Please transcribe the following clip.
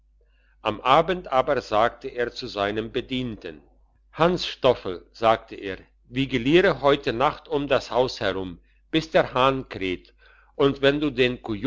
am abend aber sagte er zu seinem bedienten hansstoffel sagte er vigiliere heut nacht um das haus herum bis der hahn kräht und wenn du den